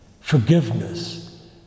forgiveness